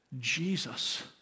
Jesus